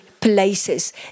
places